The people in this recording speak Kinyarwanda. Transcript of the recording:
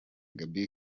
gaby